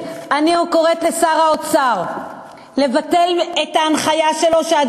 ולכן אני קוראת לשר האוצר לבטל את ההנחיה שלו שעד